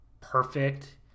perfect